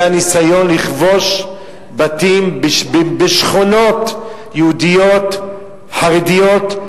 הניסיון לכבוש בתים בשכונות יהודיות חרדיות,